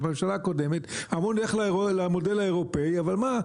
בממשלה הקודמת, אמרו נלך למודל האירופאי, אבל מה?